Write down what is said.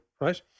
right